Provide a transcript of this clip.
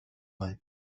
mae